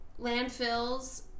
landfills